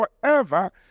forever